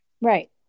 Right